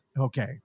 Okay